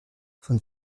von